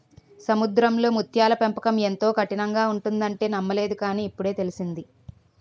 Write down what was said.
సముద్రంలో ముత్యాల పెంపకం ఎంతో కఠినంగా ఉంటుందంటే నమ్మలేదు కాని, ఇప్పుడే తెలిసింది